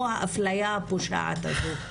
או האפליה הפושעת הזאת,